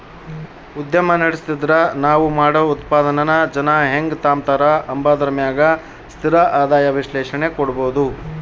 ಉದ್ಯಮ ನಡುಸ್ತಿದ್ರ ನಾವ್ ಮಾಡೋ ಉತ್ಪನ್ನಾನ ಜನ ಹೆಂಗ್ ತಾಂಬತಾರ ಅಂಬಾದರ ಮ್ಯಾಗ ಸ್ಥಿರ ಆದಾಯ ವಿಶ್ಲೇಷಣೆ ಕೊಡ್ಬೋದು